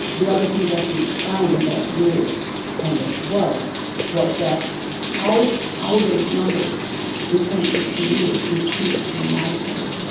the other thing that we found and that really kind of whoa was that how how those numbers in ten, fifteen years increase dramatically.